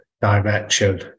direction